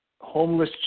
homeless